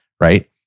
right